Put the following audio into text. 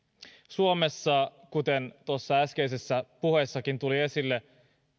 suomessa kuten tuossa äskeisessäkin puheessa tuli esille